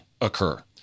occur